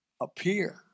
appear